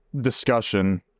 discussion